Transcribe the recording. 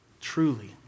truly